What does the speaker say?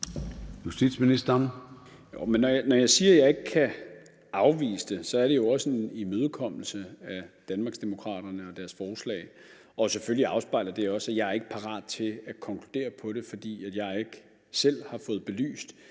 når jeg siger, at jeg ikke kan afvise det, så er det jo også en imødekommelse af Danmarksdemokraterne og deres forslag. Selvfølgelig afspejler det også, at jeg ikke er parat til at konkludere på det, fordi jeg ikke selv har fået belyst,